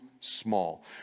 small